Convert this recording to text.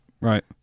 right